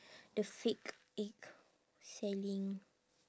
the fake egg selling